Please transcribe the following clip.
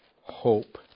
hope